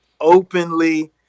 openly